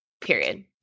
period